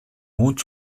mond